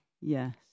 Yes